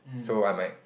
so I might